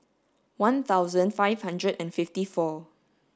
one thousand five hundred and fifty four